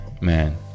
man